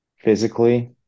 Physically